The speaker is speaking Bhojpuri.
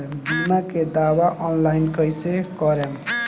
बीमा के दावा ऑनलाइन कैसे करेम?